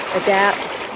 adapt